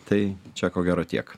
tai čia ko gero tiek